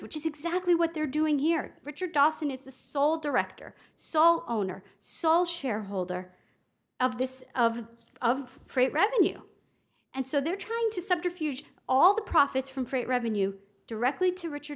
which is exactly what they're doing here richard dawson is the sole director so owner sole shareholder of this of of freight revenue and so they're trying to subterfuge all the profits from freight revenue directly to richard